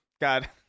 God